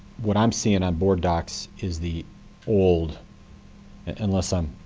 what i'm seeing on boarddocs is the old unless i'm